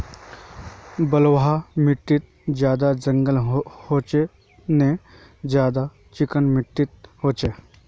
बलवाह माटित ज्यादा जंगल होचे ने ज्यादा चिकना माटित होचए?